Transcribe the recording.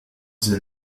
the